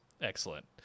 Excellent